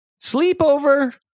sleepover